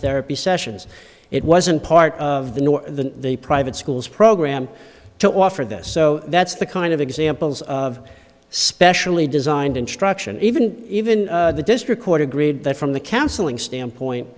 therapy sessions it wasn't part of the nor the the private schools program to offer this so that's the kind of examples of specially designed instruction even even the district court agreed that from the counseling standpoint